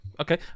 Okay